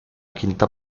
quinta